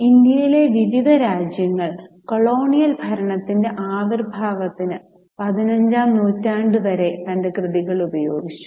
ഇന്ത്യയിലെ വിവിധ രാജ്യങ്ങൾ കൊളോണിയൽ ഭരണത്തിന്റെ ആവിർഭാവത്തിന് പതിനഞ്ചാം നൂറ്റാണ്ട് വരെ തന്റെ കൃതികൾ ഉപയോഗിച്ചു